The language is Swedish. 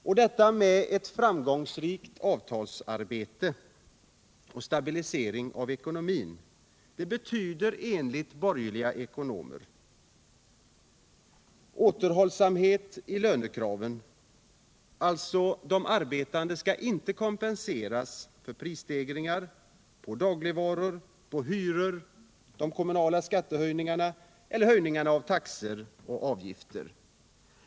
Och detta med ett framgångsrikt avtalsarbete och stabilisering av ekonomin betyder enligt borgerliga ekonomer återhållsamhet i lönekraven. De arbetande skall alltså inte kompenseras för prisstegringar på dagligvaror eller höjningar av hyror, kommunala skatter, taxor och avgifter.